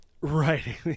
right